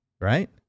Right